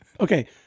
Okay